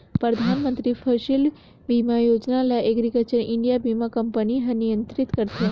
परधानमंतरी फसिल बीमा योजना ल एग्रीकल्चर इंडिया बीमा कंपनी हर नियंत्रित करथे